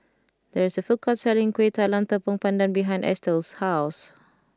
there is a food court selling Kueh Talam Tepong Pandan behind Eathel's house